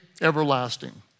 everlasting